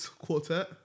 Quartet